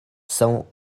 são